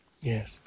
Yes